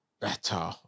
better